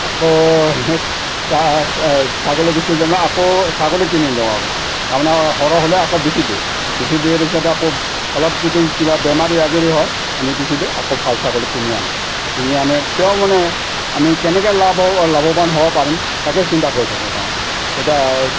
আকৌ ছাগলী বেচি যেনিবা আকৌ ছাগলী কিনি লওঁ তাৰমানে সৰহ হ'লে আকৌ বেচি দিওঁ বেচি দিয়া পিছত আকৌ অলপ যদি কিবা বেমাৰী আজৰি হয় আমি বেচি দিওঁ আকৌ ভাল ছাগলী কিনি আনো কিনি আনি তেও মানে আমি কেনেকৈ লাভ লাভৱান হ'ব পাৰিম তাকে চিন্তা কৰি থাকোঁ তাৰমানে এতিয়া